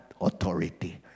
authority